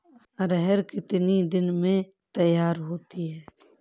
अरहर कितनी दिन में तैयार होती है?